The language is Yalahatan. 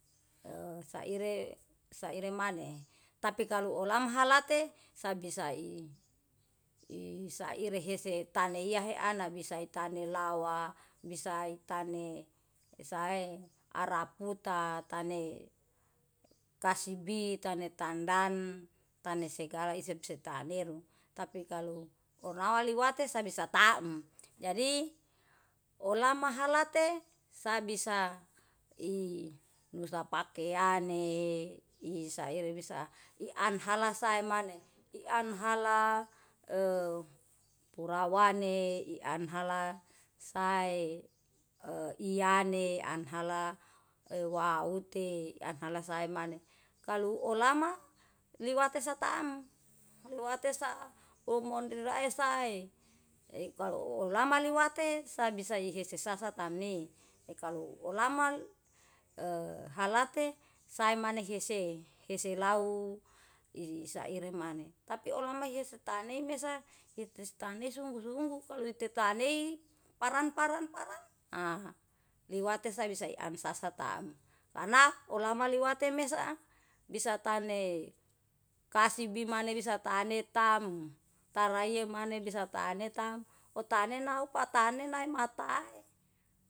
E saire maneh, tapi kalo olama halate sabisai i saire hese taneiya heana bisa tane lawa bisa tane sae araputa, tane kasibi, tane tandan, tane segala isi bisa tane. Tapi kalu olama liwati samisa taem jadi olama halate sabisa i nusa pakeane i saire bisa ianhala sae maneh, i an hala e purawane ian hala sae e iane anhala waute ian hala sai maneh. Kalu olama liwate satam liwate sa omon raesa sae. I kalo olama liwate sabisa ihese sasa tamni, i kalo olama e halate sae maneh hese lau i saire maneh. Tapi olama hese tane mesa ite tane sungguh-sungguh, kalu ete tanei paran paran paran a liwate sa bisa ian sasa taem. Karena olama lewate mesah bisa tane kasibi maneh bisa tane tam, taraiye maneh bisa tane tam otane nau patani nae matae.